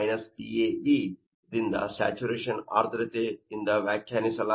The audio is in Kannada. PAv ದಿಂದ ಸ್ಯಾಚುರೇಶನ್ ಆರ್ದ್ರತೆಯಿಂದ ವ್ಯಾಖ್ಯಾನಿಸಲಾಗಿದೆ